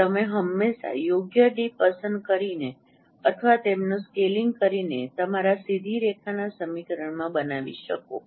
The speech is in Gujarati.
કે તમે હંમેશા યોગ્ય ડી પસંદ કરીને અથવા તેમને સ્કેલિંગ કરીને તમારા સીધી રેખાના સમીકરણમાં બનાવી શકો